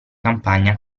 campagna